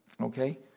Okay